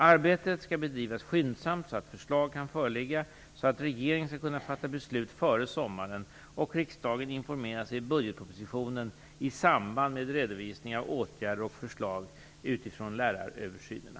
Arbetet skall bedrivas skyndsamt så att förslag kan föreligga så att regeringen kan fatta beslut före sommaren och riksdagen kan informeras i budgetpropositionen i samband med redovisningen av åtgärder och förslag utifrån läraröversynerna.